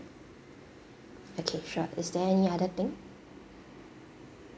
okay sure is there any other thing